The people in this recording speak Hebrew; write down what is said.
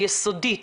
היסודית